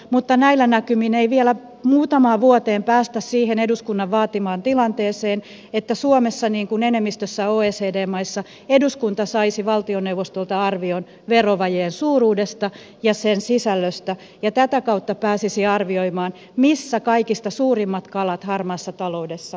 mutta näillä näkymin ei vielä muutamaan vuoteen päästä siihen eduskunnan vaatimaan tilanteeseen että suomessa niin kuin enemmistössä oecd maista eduskunta saisi valtioneuvostolta arvion verovajeen suuruudesta ja sen sisällöstä ja tätä kautta pääsisi arvioimaan missä kaikista suurimmat kalat harmaassa taloudessa liikkuvat